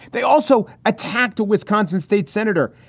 they also attacked a wisconsin state senator,